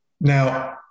Now